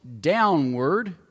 downward